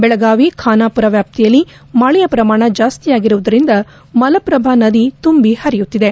ಬೆಳಗಾವಿ ಖಾನಾಪೂರ ವ್ಯಾಪ್ತಿಯಲ್ಲಿ ಮಳೆಯ ಪ್ರಮಾಣ ಜಾಸ್ತಿಯಾಗಿರುವುದರಿಂದ ಮಲಪ್ರಭಾ ನದಿ ತುಂಬಿ ಹರಿಯುತ್ತಿದೆ